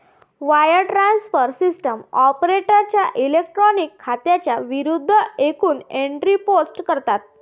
wire transfer system ऑपरेटरच्या electronic खात्यांच्या विरूद्ध एकूण एंट्री पोस्ट करतात